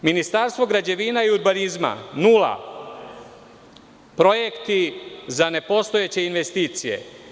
Ministarstvo građevina i urbanizma, nula, projekti za nepostojeće investicije.